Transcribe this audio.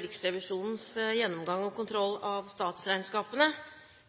Riksrevisjonens gjennomgang og kontroll av statsregnskapene